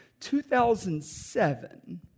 2007